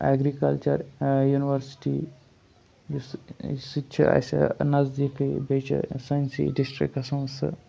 agriculture university یُس سُہ تہِ چھِ اَسہِ نزدیٖکٕے بیٚیہِ چھِ سٲنۍ سٕے ڈِسٹِرٛکَس منٛز سُہ